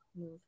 move